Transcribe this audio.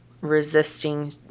resisting